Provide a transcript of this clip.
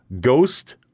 Ghost